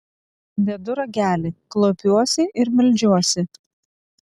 dedu ragelį klaupiuosi ir meldžiuosi